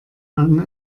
man